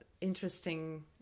interesting